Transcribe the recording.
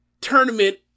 tournament